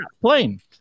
plane